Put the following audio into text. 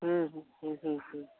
হুম হুঁ হুম হুম হুম